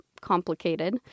complicated